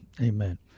Amen